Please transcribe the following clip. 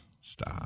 Stop